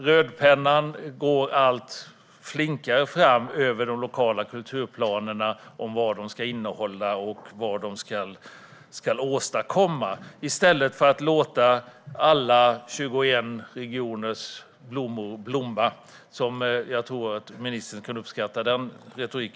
Rödpennan går allt flinkare fram över de lokala kulturplanerna och anger vad de ska innehålla och åstadkomma. I stället hade man kunnat låta alla 21 regioners blommor blomma - jag tror att ministern kanske kan uppskatta sådan retorik.